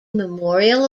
memorial